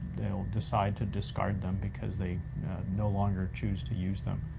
they'll decide to discard them because they no longer choose to use them.